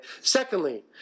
Secondly